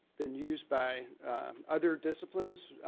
been used by other disciplines.